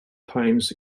times